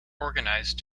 organized